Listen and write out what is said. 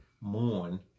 mourn